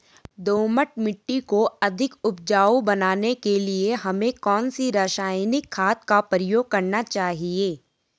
दोमट मिट्टी को अधिक उपजाऊ बनाने के लिए हमें कौन सी रासायनिक खाद का प्रयोग करना चाहिए?